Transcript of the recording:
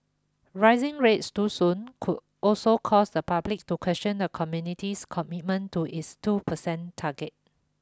rising rates too soon could also cause the public to question the community's commitment to its two percent target